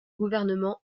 gouvernement